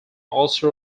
also